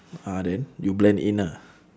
ah then you blend in ah